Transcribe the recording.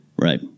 Right